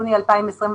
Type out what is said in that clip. יוני 2021,